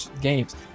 games